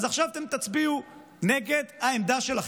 אז עכשיו אתם תצביעו נגד העמדה שלכם.